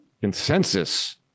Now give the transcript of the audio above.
consensus